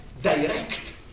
direct